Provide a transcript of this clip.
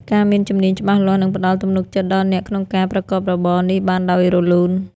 ការមានជំនាញច្បាស់លាស់នឹងផ្តល់ទំនុកចិត្តដល់អ្នកក្នុងការប្រកបរបរនេះបានដោយរលូន។